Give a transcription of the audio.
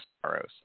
sorrows